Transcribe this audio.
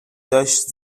داشت